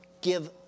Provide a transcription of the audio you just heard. give